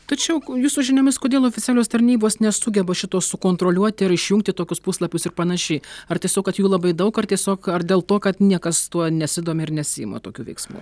tačiau jūsų žiniomis kodėl oficialios tarnybos nesugeba šito sukontroliuoti ar išjungti tokius puslapius ir panašiai ar tiesiog kad jų labai daug ar tiesiog ar dėl to kad niekas tuo nesidomi ir nesiima tokių veiksmų